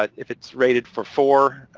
but if it's rated for four,